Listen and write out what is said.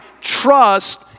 trust